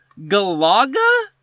Galaga